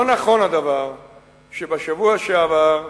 לא נכון הדבר שבשבוע שעבר,